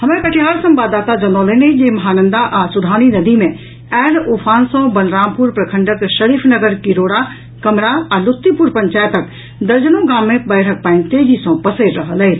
हमर कटिहार संवाददाता जनौलनि अछि जे महानंदा आ सुधानी नदी मे आयल उफान सँ बलरामपुर प्रखंडक शरीफनगर किरोड़ा कमरा आ लुतिपुर पंचायतक दर्जनों गाम मे बाढ़िक पानि तेजी सँ पसरि रहल अछि